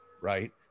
right